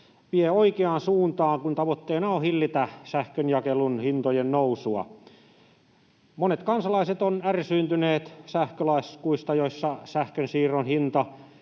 vie oikeaan suuntaan, kun tavoitteena on hillitä sähkönjakelun hintojen nousua. Monet kansalaiset ovat ärsyyntyneet sähkölaskuista, joissa sähkönsiirron hinta